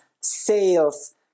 sales